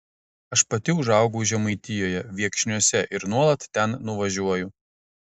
aš pati užaugau žemaitijoje viekšniuose ir nuolat ten nuvažiuoju